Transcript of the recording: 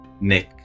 Nick